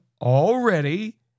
already